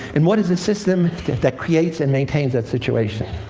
and what is the system that creates and maintains that situation?